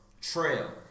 Trail